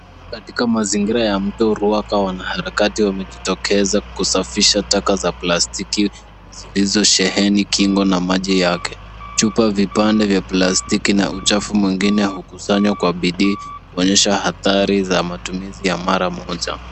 katika mazingira ya mto Ruaka wanaharakati wamejitokeza kusafisha taka za plastiki zilizosheheni kingo na maji yake. Chupa, vipande vya plastiki na uchafu mwingine hukusanywa kwa bidii kuonyesha athari za matumizi ya mara moja.